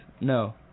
No